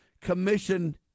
commission